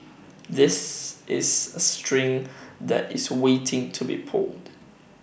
this is A string that is waiting to be pulled